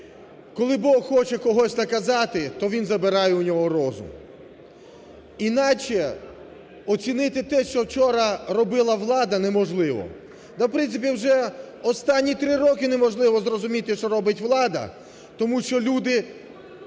коли Бог хоче когось наказати, то він забирає у нього розум. Іначе оцінити те, що вчора робила влада неможливо. Та, в принципі, вже останні три роки неможливо зрозуміти, що робить влада, тому що люди,